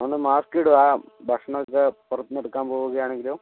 മാസ്കിടുക ഭക്ഷണമൊക്കെ പുറത്തുനിന്ന് എടുക്കാൻ പോവുകയാണെങ്കിലോ